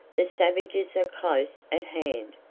the savages are close at hand!